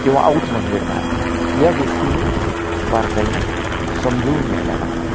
किंवा आऊत म्हणजे काय या गोष्टी मी बारकाईनं समजून घ्यायला लागलो